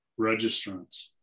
registrants